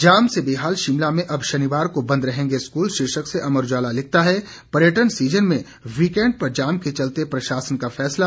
जाम से बेहाल शिमला में अब शनिवार को बंद रहेंगे स्कूल शीर्षक से अमर उजाला लिखता है पर्यटन सीजन में वीकेंड पर जाम के चलते प्रशासन का फैसला